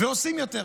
ועושים יותר.